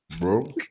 bro